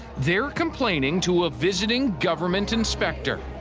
they're complaining to a visiting government inspector.